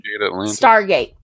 Stargate